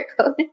code